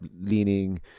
leaning